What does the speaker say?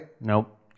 Nope